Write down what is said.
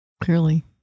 clearly